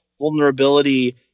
vulnerability